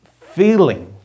feeling